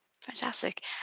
Fantastic